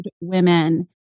women